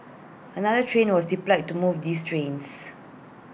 another train was deployed to move these trains